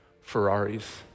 Ferraris